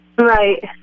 Right